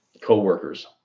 co-workers